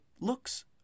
looks